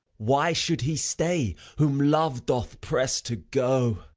why should he stay whom love doth press to go?